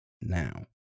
now